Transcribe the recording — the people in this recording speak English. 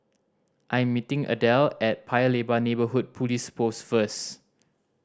I am meeting Adele at Paya Lebar Neighbourhood Police Post first